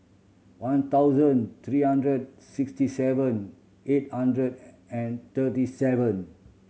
one thousand three hundred sixty seven eight hundred and thirty seven